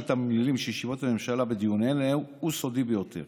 תמלילים של ישיבות הממשלה בדיונים אלה הוא סודי ביותר